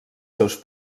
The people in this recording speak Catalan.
seus